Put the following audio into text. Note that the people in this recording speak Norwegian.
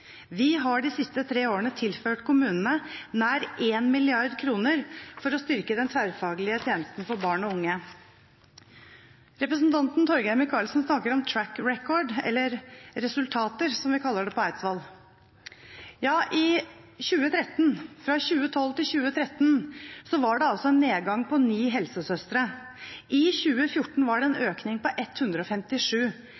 Vi har de siste tre årene tilført kommunene nær 1 mrd. kr for å styrke den tverrfaglige tjenesten for barn og unge. Representanten Torgeir Micaelsen snakker om «track record» – eller resultater, som vi kaller det på Eidsvoll. Fra 2012 til 2013 var det en nedgang på ni helsesøstre. I 2014 var det en